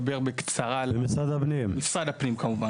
משרד הפנים.